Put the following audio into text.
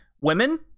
women